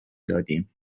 دادیم